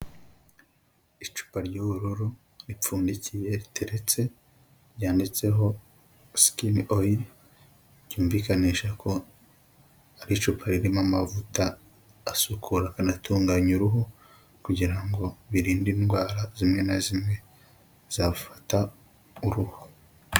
Icupa ry'ubururu ripfundikiye riteretse ryanditseho skin oil ryumvikanisha ko ari icupa ririmo amavuta asukura akanatunganya uruhu, kugira ngo birinde indwara zimwe na zimwe zafata uruhu.